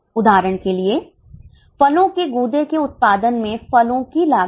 उदाहरण के लिए फलों के गूदे के उत्पादन में फलों की लागत